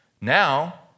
Now